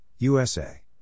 USA